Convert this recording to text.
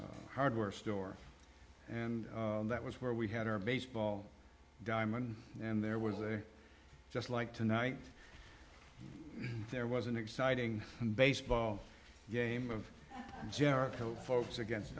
hill hardware store and that was where we had our baseball diamond and there was a just like tonight there was an exciting and baseball game of jericho folks against